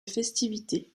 festivités